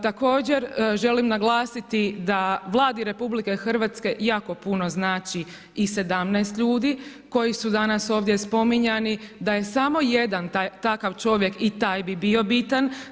Također, želim naglasiti da Vladi RH jako puno znači i 17 ljudi koji su danas ovdje spominjani, da je samo jedan takav čovjek i taj bi bio bitan.